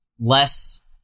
less